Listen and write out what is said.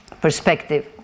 perspective